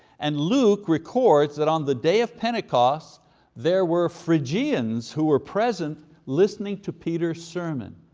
and luke records that on the day of pentecost there were phrygians who were present, listening to peter's sermon,